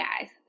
guys